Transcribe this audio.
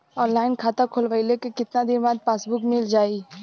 Online खाता खोलवईले के कितना दिन बाद पासबुक मील जाई?